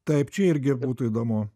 taip čia irgi būtų įdomu